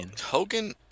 Hogan